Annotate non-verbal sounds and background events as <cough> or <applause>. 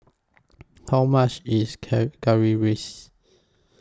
<noise> How much IS Curry Currywurst